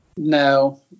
No